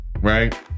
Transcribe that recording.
Right